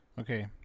okay